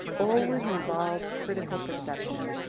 always involves critical perception,